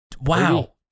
Wow